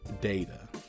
data